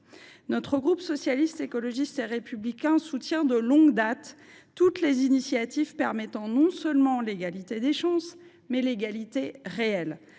Le groupe Socialiste, Écologiste et Républicain soutient de longue date toutes les initiatives favorisant non seulement l’égalité des chances, mais l’égalité réelle.